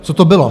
Co to bylo?